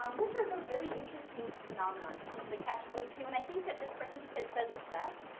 um this is a really interesting phenomenon in terms of the catch twenty two. and i think that this participant says it best.